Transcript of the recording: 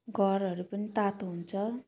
घरहरू पनि तातो हुन्छ